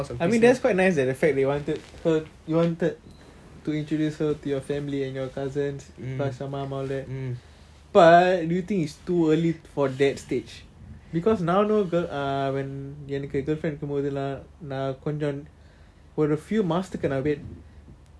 I mean that's quite nice that the fact that you wanted her you wanted to introduce her to your family and your cousins plus your mom all that but do you think is too early for that stage because now no girl ah when என்னக்கு:ennaku girlfriend இருக்கும் போதுள்ள நான் கொஞ்சம் ஒரு:irukum bothula naan konjam oru few மாசத்துக்கு நான்:masathuku naan wait